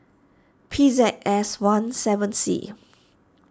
P Z S one seven C